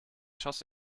schoss